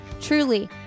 truly